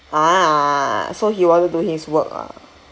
a'ah so he wanted to do his work ah